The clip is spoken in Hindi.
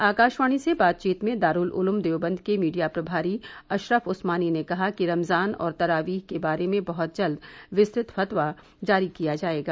आकाशवाणी से बातचीत में दारूल उलूम देवबंद के मीडिया प्रभारी अशरफ उस्मानी ने कहा कि रमजान और तरावीह के बारे में बहत जल्द विस्तृत फतवा जारी किया जाएगा